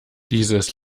dieses